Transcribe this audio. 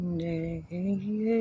day